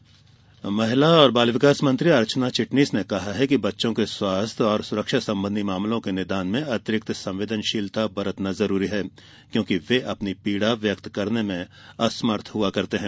चिटनीस महिला और बाल विकास मंत्री अर्चना चिटनीस ने कहा है कि बच्चों के स्वास्थ्य और सुरक्षा संबंधी मामलों के निदान में अतिरिक्त संवेदनशीलता बरतना जरूरी है क्योंकि वे अपनी पीड़ा व्यक्त करने में असमर्थ होते हैं